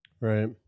Right